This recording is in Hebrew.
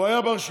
הוא היה ברשימה?